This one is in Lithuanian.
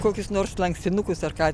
kokius nors lankstinukus ar ką